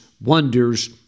wonders